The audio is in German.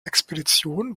expedition